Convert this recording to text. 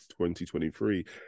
2023